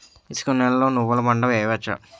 ఇసుక నేలలో నువ్వుల పంట వేయవచ్చా?